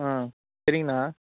ஆ சரிங்கண்ணா